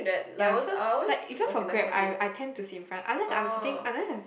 ya so like even for Grab I I tend to sit in front unless I'm sitting unless I'm